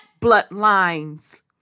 bloodline's